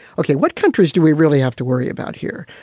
okay, what countries do we really have to worry about here?